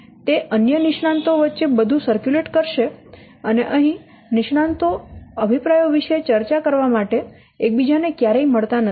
તે અન્ય નિષ્ણાંતો વચ્ચે બધું સરક્યુલેટ કરશે અને અહીં નિષ્ણાંતો અભિપ્રાયો વિશે ચર્ચા કરવા માટે એકબીજા ને ક્યારેય મળતા નથી